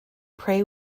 pray